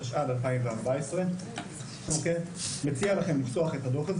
התשע"ד 2014. אני מציע לכם לפתוח את הדוח הזה